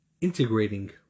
integrating